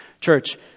Church